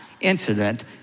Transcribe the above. incident